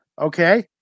Okay